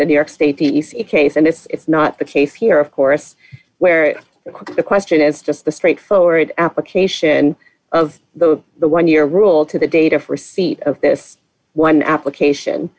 the new york state d c case and it's not the case here of course where the question is just the straightforward application of the the one year rule to the data for receipt of this one application